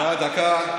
שנייה, דקה.